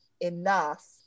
enough